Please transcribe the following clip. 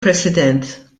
president